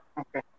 okay